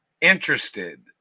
interested